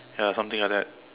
ya something like that